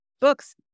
books